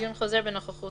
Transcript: "דיון חוזר בנוכחות